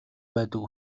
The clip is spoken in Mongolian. байдаг